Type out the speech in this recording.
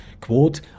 quote